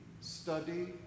study